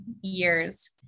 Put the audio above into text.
years